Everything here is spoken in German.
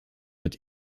mit